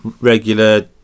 regular